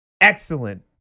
excellent